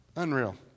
unreal